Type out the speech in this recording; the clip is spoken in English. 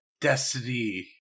destiny